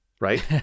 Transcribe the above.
right